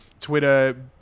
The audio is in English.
Twitter